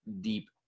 Deep